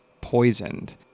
poisoned